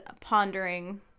pondering